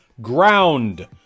ground